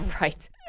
right